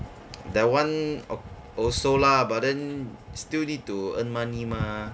that [one] also lah but then still need to earn money mah